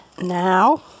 now